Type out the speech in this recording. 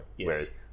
whereas